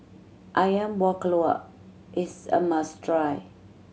Ayam Buah Keluak is a must try